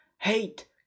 Hate